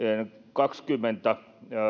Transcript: kaksikymmentä